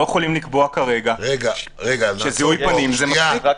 יכולים לקבוע כרגע שזיהוי פנים זה מספיק.